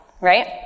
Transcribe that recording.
Right